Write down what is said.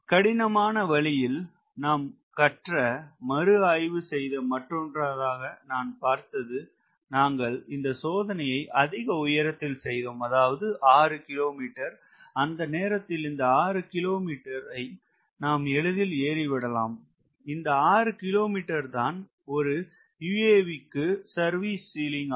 கடினமான வழியில் நாம் கற்ற மறுஆய்வு செய்த மற்றொன்றாக நான் பார்த்தது நாங்கள் இந்த சோதனையை அதிக உயரத்தில் செய்தோம் அதாவது 6 km அந்த நேரத்தில் இந்த 6 km ஐ நாம் எளிதில் ஏறி விடலாம் இந்த 6 km தான் ஒரு UAV கு சர்வீஸ் சீலிங் ஆகும்